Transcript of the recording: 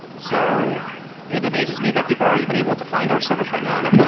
so it amazes me that people are even able to find our service right now, and yeah